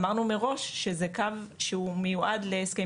אמרנו מראש שזה קו שהוא מיועד להסכמים